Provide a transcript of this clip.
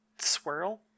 swirl